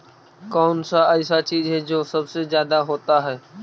कौन सा ऐसा चीज है जो सबसे ज्यादा होता है?